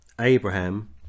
Abraham